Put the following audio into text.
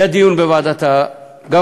היה דיון גם בוועדת העלייה